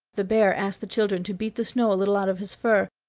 the bear asked the children to beat the snow a little out of his fur,